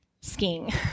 skiing